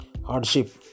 Hardship